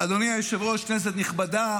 אדוני היושב-ראש, כנסת נכבדה,